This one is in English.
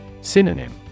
Synonym